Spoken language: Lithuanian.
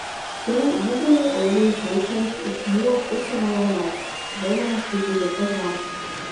tai didelei audrai siaučiant išbuvo pusę valandos degdamas kaip užžiebta žvakė